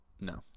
No